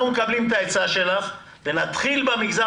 אנחנו מקבלים את העצה שלך ונתחיל במגזר